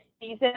season